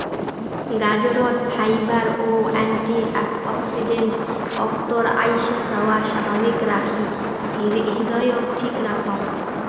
গাজরত fibre ও antioxidant অক্তর আইসাযাওয়া স্বাভাবিক রাখি হৃদয়ক ঠিক রাখং